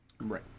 Right